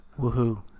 woohoo